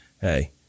hey